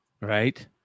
Right